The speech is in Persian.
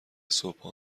صبحها